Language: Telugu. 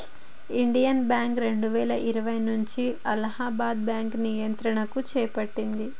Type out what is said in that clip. ఇండియన్ బ్యాంక్ రెండువేల ఇరవై నుంచి అలహాబాద్ బ్యాంకు నియంత్రణను చేపట్టింది